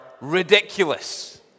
ridiculous